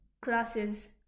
classes